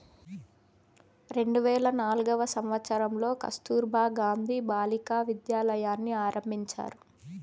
రెండు వేల నాల్గవ సంవచ్చరంలో కస్తుర్బా గాంధీ బాలికా విద్యాలయని ఆరంభించారు